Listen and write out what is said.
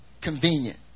Convenient